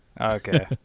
Okay